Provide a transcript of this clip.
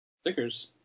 Stickers